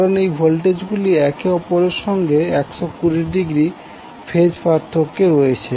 কারন এই ভোল্টেজ গুলি একে অপরের সঙ্গে 120০ ফেজ পার্থক্যে রয়েছে